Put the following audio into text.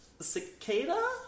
Cicada